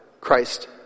Christ